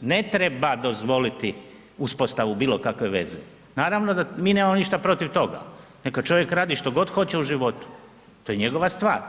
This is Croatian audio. Ne treba dozvoliti uspostavu bilo kakve veze, naravno da mi nemamo ništa protiv toga, neka čovjek radi što god hoće u životu, to je njegova stvar